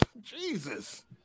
Jesus